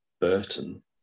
Burton